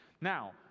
Now